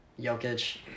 Jokic